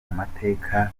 amateka